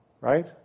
right